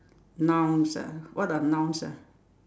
nouns ah what are nouns ah